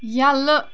یلہٕ